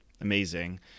amazing